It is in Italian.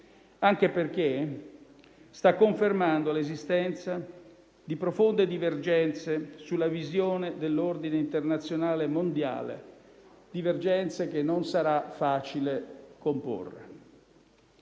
anche perché sta confermando l'esistenza di profonde divergenze sulla visione dell'ordine internazionale mondiale; divergenze che non sarà facile comporre.